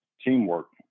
teamwork